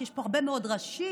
כי יש פה הרבה מאוד ראשים,